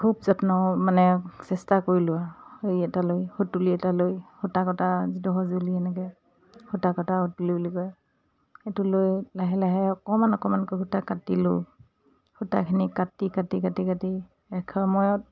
খুব যত্ন মানে চেষ্টা কৰিলোঁ আৰু হেৰি এটা লৈ সুতুলি এটা লৈ সূতা কটা যিটো সঁজুলি এনেকে সূতা কটা সুতুলি বুলি কয় সেইটো লৈ লাহে লাহে অকমান অকমানকৈ সূতা কাটিলোঁ সূতাখিনি কাটি কাটি কাটি কাটি এসময়ত